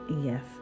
Yes